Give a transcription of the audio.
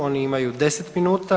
Oni imaju 10 minuta.